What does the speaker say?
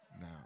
Now